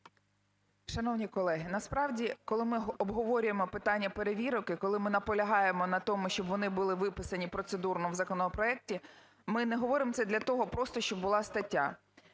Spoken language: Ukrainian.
Шановні колеги, насправді, коли ми обговорюємо питання перевірок і коли ми наполягаємо на тому, щоб вони були виписані процедурно в законопроекті, ми не говоримо це для того просто, щоб була стаття.